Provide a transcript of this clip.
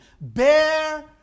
bear